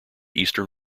eastern